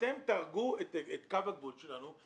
ואתם תהרגו את קו הגבול שלנו.